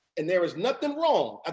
and there is nothing wrong.